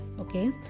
okay